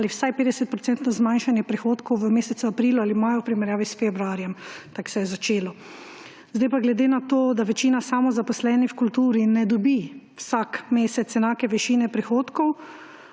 ali vsaj 50 % zmanjšanje prihodkov v mesecu aprilu ali maju v primerjavi s februarjem. Tako se je začelo. Zdaj pa glede na to, da večina samozaposlenih v kulturi ne dobi vsak mesec enake višine prihodkov,